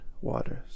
waters